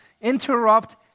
interrupt